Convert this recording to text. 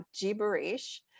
gibberish